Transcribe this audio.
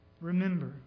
Remember